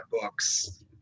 books